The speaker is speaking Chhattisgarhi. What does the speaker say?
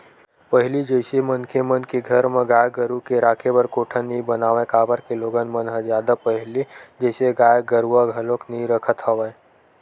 पहिली जइसे मनखे मन के घर म गाय गरु के राखे बर कोठा नइ बनावय काबर के लोगन मन ह जादा पहिली जइसे गाय गरुवा घलोक नइ रखत हवय